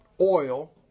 oil